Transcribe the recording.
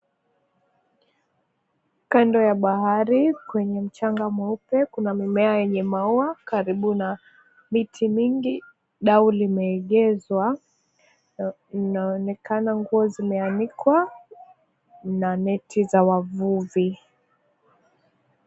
Kando ya bahari Kwenye mchanga mweupe. Kuna mmea wenye maua karibu na miti mingi .Dau limeegezwa linaonekana nguo zimeanikwa na neti za wavuvi.